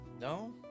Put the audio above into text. No